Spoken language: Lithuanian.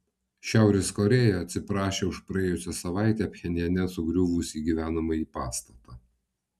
šiaurės korėja atsiprašė už praėjusią savaitę pchenjane sugriuvusį gyvenamąjį pastatą